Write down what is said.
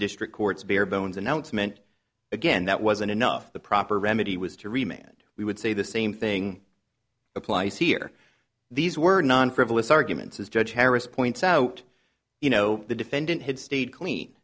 district court's barebones announcement again that wasn't enough the proper remedy was to remain and we would say the same thing applies here these were non frivolous arguments as judge harris points out you know the defendant had stayed clean